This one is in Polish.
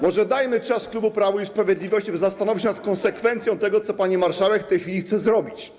Może dajmy czas klubowi Prawa i Sprawiedliwości, żeby się zastanowić nad konsekwencją tego, co pani marszałek w tej chwili chce zrobić.